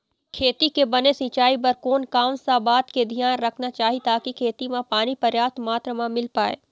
खेती के बने सिचाई बर कोन कौन सा बात के धियान रखना चाही ताकि खेती मा पानी पर्याप्त मात्रा मा मिल पाए?